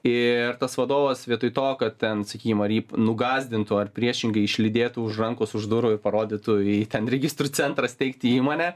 ir tas vadovas vietoj to kad ten sakykim ar jį nugąsdintų ar priešingai išlydėtų už rankos už durų ir parodytų jai ten registrų centrą steigti įmonę